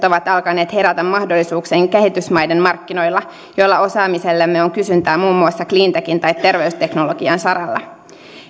ovat alkaneet herätä mahdollisuuksiin kehitysmaiden markkinoilla joilla osaamisellemme on kysyntää muun muassa cleantechin tai terveysteknologian saralla